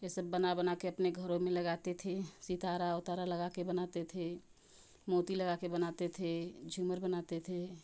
यह सब बना बनाकर अपने घरों में लगते थे सितारा वीतारा लगाकर बनाते थे मोती लगाकर बनाते थे झूमर बनाते थे